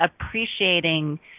appreciating